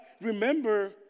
remember